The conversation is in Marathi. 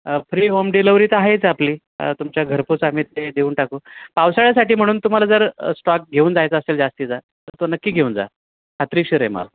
फ्री होम डिलेवरी तर आहेच आपली तुमच्या घरपोच आम्ही ते देऊन टाकू पावसाळ्यासाठी म्हणून तुम्हाला जर स्टॉक घेऊन जायचं असेल जास्तीचा तर तो नक्की घेऊन जा खात्रीशिर आहे माल